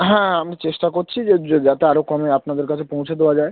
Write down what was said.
হ্যাঁ আমি চেষ্টা করছি যে যাতে আরও কমে আপনাদের কাছে পৌঁছে দেওয়া যায়